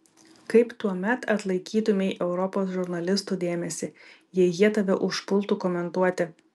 kaip tuomet atlaikytumei europos žurnalistų dėmesį jei jie tave užpultų komentuoti